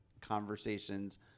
conversations